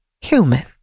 human